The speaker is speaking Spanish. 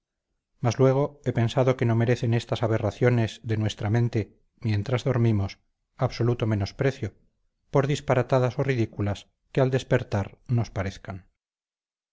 mas luego he pensado que no merecen estas aberraciones de nuestra mente mientras dormimos absoluto menosprecio por disparatadas o ridículas que al despertar nos parezcan